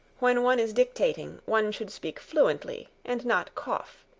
when one is dictating one should speak fluently and not cough.